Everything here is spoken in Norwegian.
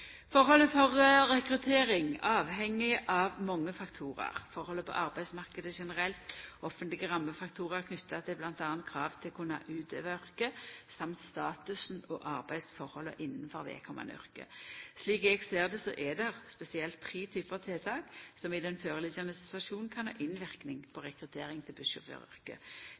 for rekruttering er avhengig av mange faktorar: forholda på arbeidsmarknaden generelt, offentlege rammefaktorar knytte til bl.a. krav til å kunna utøva yrket og statusen og arbeidsforholda innanfor vedkommande yrke. Slik eg ser det, er det spesielt tre typar tiltak som i den føreliggjande situasjonen kan ha innverknad på rekruttering til